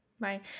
Right